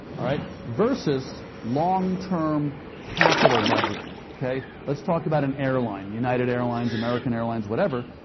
all right, versus long-term capital budgeting. okay, let's talk about an airline, united airlines, american airlines, whatever.